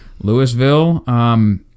Louisville